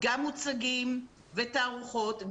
גם מוצגים ותערוכות,